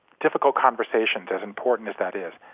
difficult conversations, as important as that is.